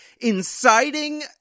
inciting